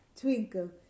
twinkle